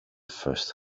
first